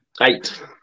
eight